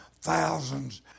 thousands